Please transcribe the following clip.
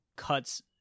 cuts